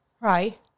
Right